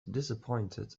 disappointed